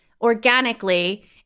organically